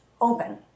open